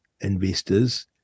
investors